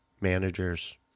managers